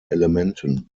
elementen